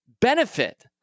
benefit